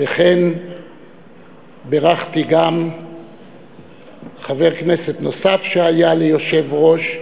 וכן בירכתי גם חבר כנסת נוסף שהיה ליושב-ראש,